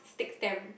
stick stamp